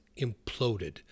imploded